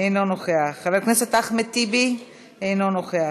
אינו נוכח, למה לא נוכח?